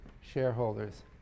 shareholders